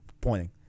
pointing